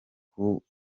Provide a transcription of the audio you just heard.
coup